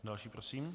Další prosím.